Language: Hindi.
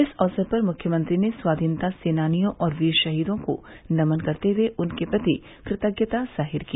इस अवसर पर मुख्यमंत्री ने स्वाधीनता सेनानियों और वीर शहीदों को नमन करते हुए उनके प्रति कृतज्ञता जाहिर की